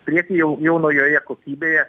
priekyjau jau naujoje kokybėje